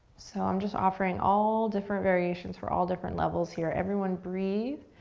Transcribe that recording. so i'm just offering all different variations for all different levels here. everyone breathe.